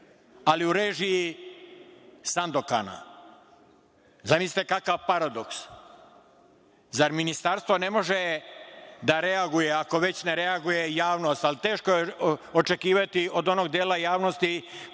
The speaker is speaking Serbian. ali u režiji Sandokana. Zamislite kakav paradoks! Zar Ministarstvo ne može da reaguje, ako već ne reaguje javnost? Ali, teško je očekivati od onog dela javnosti